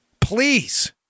Please